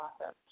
awesome